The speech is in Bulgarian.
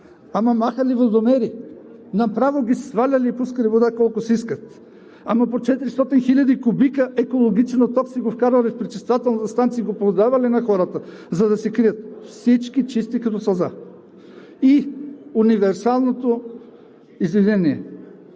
Ама махали водомери, направо ги сваляли и пускали вода колкото си искат, ама по 400 хиляди кубика екологичен отток си го вкарвали в пречиствателната станция и го продавали на хората, за да се крият – всички чисти като сълза. И универсалното извинение: